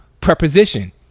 preposition